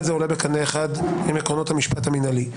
זה עולה בקנה אחד עם עקרונות המשפט המינהלי.